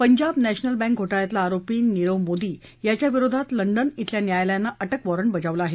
Punjab national bank घोटाळ्यातला आरोपी नीरव मोदी याच्या विरोधात लंडन शिल्या न्यायालयानं अटक वॉरंट बजावलं आहे